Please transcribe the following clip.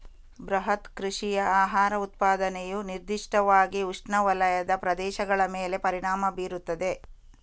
ಬೃಹತ್ ಕೃಷಿಯ ಆಹಾರ ಉತ್ಪಾದನೆಯು ನಿರ್ದಿಷ್ಟವಾಗಿ ಉಷ್ಣವಲಯದ ಪ್ರದೇಶಗಳ ಮೇಲೆ ಪರಿಣಾಮ ಬೀರುತ್ತದೆ